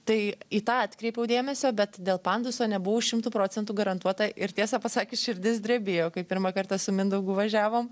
tai į tą atkreipiau dėmesio bet dėl panduso nebuvau šimtu procentų garantuota ir tiesą pasakius širdis drebėjo kai pirmą kartą su mindaugu važiavom